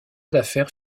d’affaires